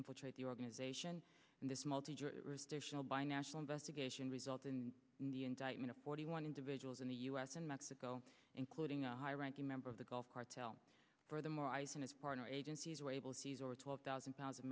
infiltrate the organization in this multi by national investigation result in the indictment of forty one individuals in the u s and mexico including a high ranking member of the gulf cartel furthermore eyes and his partner agencies were able to seize over twelve thousand pounds of